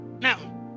Now